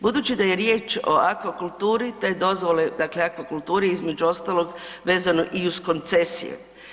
Budući da je riječ o akvakulturi, te dozvole, dakle akvakulturi između ostalog, vezano i uz koncesije.